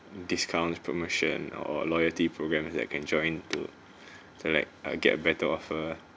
discounts promotions or loyalty programs that I can join to to like err get a better offer